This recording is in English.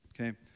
okay